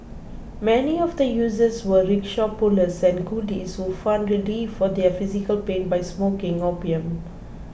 many of the users were rickshaw pullers and coolies who found relief for their physical pain by smoking opium